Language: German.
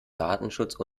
datenschutz